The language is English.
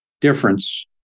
difference